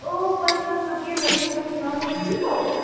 ओह् बस बस बधिया बधिया तुस सनाओ तुस ठीक ओ